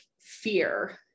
fear